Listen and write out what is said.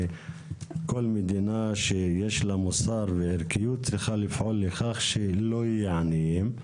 כל מדינה שיש לה מוסר וערכיות צריכה לפעול לכך שלא יהיה עניים,